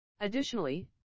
additionally